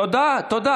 תודה רבה.